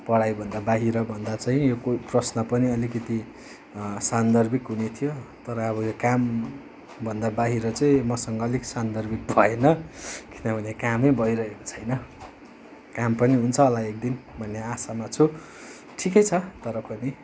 पढाइभन्दा बाहिर भन्दा चाहिँ यो प्रश्न पनि अलिकति सान्दर्भिक हुनेथियो तर अब यो कामभन्दा बाहिर चाहिँ मसँग अलिक सान्दर्भिक भएन किनभने कामै भइरहेको छैन काम पनि हुन्छ होला एक दिन भन्ने आशामा छु ठिकै छ तर पनि